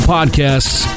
Podcasts